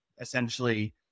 essentially